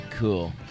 Cool